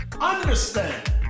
understand